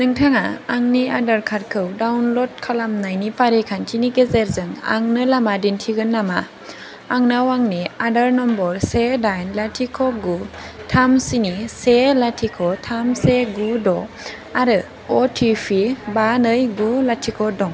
नोंथाङा आंनि आदार कार्डखौ डाउनलड खालामनायनि फारिखान्थिनि गेजेरजों आंनो लामा दिन्थिगोन नामा आंनाव आंनि आदार नम्बर से दाइन लाथिख' गु थाम स्नि से लाथिख' थाम से गु द' आरो अटिपि बा नै गु लाथिख' दं